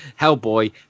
Hellboy